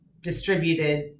distributed